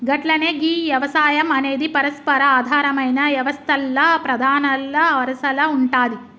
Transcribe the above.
గట్లనే గీ యవసాయం అనేది పరస్పర ఆధారమైన యవస్తల్ల ప్రధానల వరసల ఉంటాది